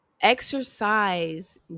exercise